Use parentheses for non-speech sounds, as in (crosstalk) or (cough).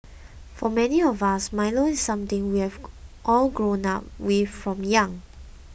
for many of us Milo is something we have (noise) all grown up with from young